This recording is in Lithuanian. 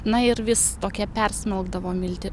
na ir vis tokie persmelgdavo milti